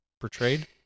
portrayed